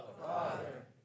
Father